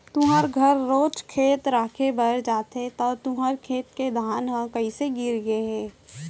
तुँहर घर रोज खेत राखे बर जाथे त तुँहर खेत के धान ह कइसे गिर गे हे?